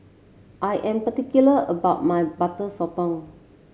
I am particular about my Butter Sotong